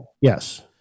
yes